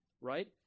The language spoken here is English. Right